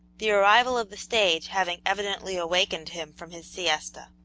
the arrival of the stage having evidently awakened him from his siesta.